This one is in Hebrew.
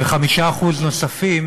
ו-5% נוספים